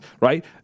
right